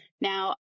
Now